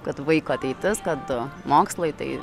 kad vaiko ateitis kad mokslai tai